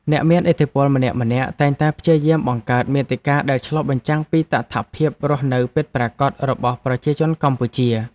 អ្នកមានឥទ្ធិពលម្នាក់ៗតែងតែព្យាយាមបង្កើតមាតិកាដែលឆ្លុះបញ្ចាំងពីតថភាពរស់នៅពិតប្រាកដរបស់ប្រជាជនកម្ពុជា។